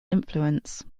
influence